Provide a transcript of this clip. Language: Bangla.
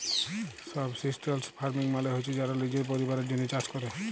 সাবসিস্টেলস ফার্মিং মালে হছে যারা লিজের পরিবারের জ্যনহে চাষ ক্যরে